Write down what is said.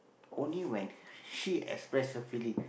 only when she express her feeling